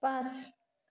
पाँच